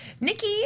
Nikki